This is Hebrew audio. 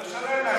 לא לשלם.